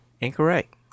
Incorrect